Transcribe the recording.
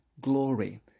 Glory